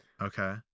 Okay